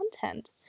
content